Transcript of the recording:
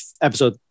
episode